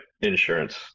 insurance